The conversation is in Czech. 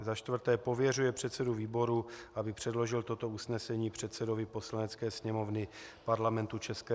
Za čtvrté pověřuje předsedu výboru, aby předložil toto usnesení předsedovi Poslanecké sněmovny Parlamentu ČR.